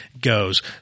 goes